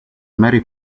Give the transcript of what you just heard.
mary